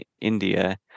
india